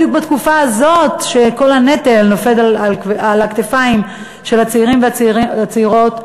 בדיוק בתקופה הזאת שכל הנטל נופל על הכתפיים של הצעירים והצעירות,